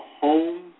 home